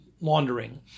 laundering